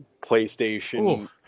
PlayStation